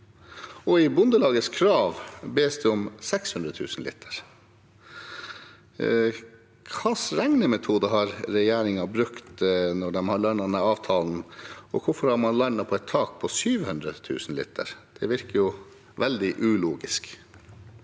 I Bondelagets krav bes det om 600 000 liter. Hvilke regnemetoder har regjeringen brukt når de har landet denne avtalen, og hvorfor har man landet på et tak på 700 000 liter? Det virker veldig ulogisk.